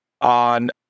on